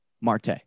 Marte